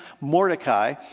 Mordecai